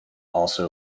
also